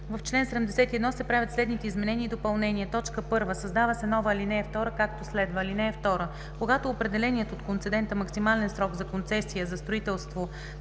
„В чл. 71 се правят следните изменения и допълнения: 1. Създава се нова ал. 2, както следва: „(2) Когато определеният от концедента максимален срок за концесия за строителство